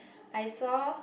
I saw